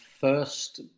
first